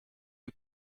you